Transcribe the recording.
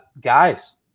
Guys